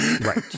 right